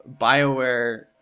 BioWare